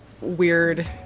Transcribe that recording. weird